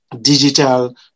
digital